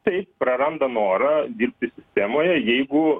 tai jis praranda norą dirbti sistemoje jeigu